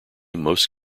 most